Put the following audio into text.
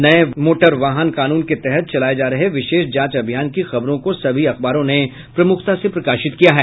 नये मोटर वाहन कानून के तहत चलाये जा रहे विशेष जांच अभियान की खबरों को सभी अखबारों ने प्रमुखता से प्रकाशित किया है